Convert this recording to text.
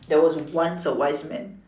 there was once a wise man